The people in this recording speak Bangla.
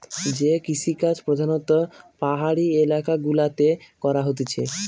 যে কৃষিকাজ প্রধাণত পাহাড়ি এলাকা গুলাতে করা হতিছে